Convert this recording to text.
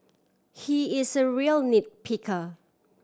he is a real nit picker